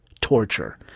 torture